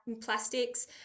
plastics